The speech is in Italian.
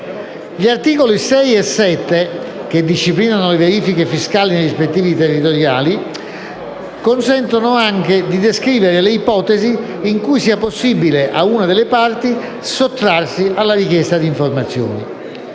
Gli articoli 6 e 7, che disciplinano le verifiche fiscali nei rispettivi territori, consentono anche di descrivere le ipotesi in cui sia possibile per una delle Parti sottrarsi alla richiesta di informazioni.